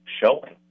showing